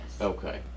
Okay